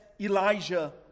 Elijah